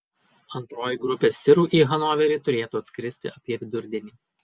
antroji grupė sirų į hanoverį turėtų atskristi apie vidurdienį